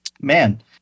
Man